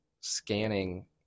scanning